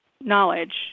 knowledge